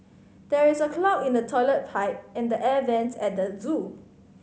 there is a clog in the toilet pipe and the air vents at the zoo